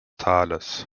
tales